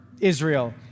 Israel